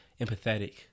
empathetic